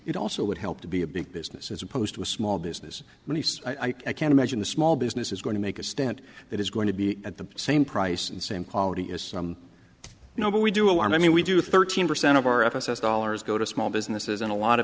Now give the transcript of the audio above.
it also would help to be a big business as opposed to a small business but he said i can't imagine the small business is going to make a stent that is going to be at the same price and same quality as some you know but we do i mean we do thirteen percent of our f s s dollars go to small businesses and a lot